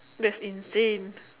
that's insane